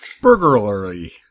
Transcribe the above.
Burglary